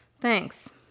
Thanks